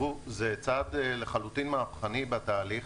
זה צעד לחלוטין מהפכני בתהליך.